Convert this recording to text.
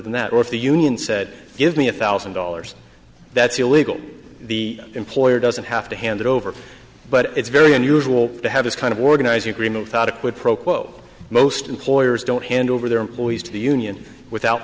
than that or if the union said give me a thousand dollars that's illegal the employer doesn't have to hand it over but it's very unusual to have this kind of organizing agreement thought a quid pro quo most employers don't hand over their employees to the union without